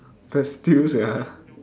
that still sia